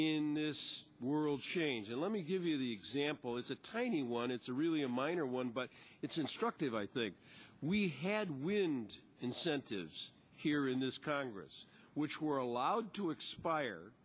in this world change and let me give you the example is a tiny one it's a really a minor one but it's instructive i think we had wind incentives here in this congress which were allowed to expire